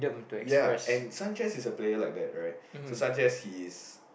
ya and Sanchez a player like that right so Sanchez his